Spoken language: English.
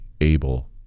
able